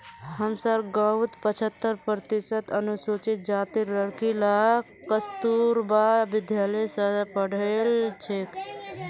हमसार गांउत पछहत्तर प्रतिशत अनुसूचित जातीर लड़कि ला कस्तूरबा विद्यालय स पढ़ील छेक